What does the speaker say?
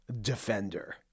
Defender